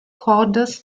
cordes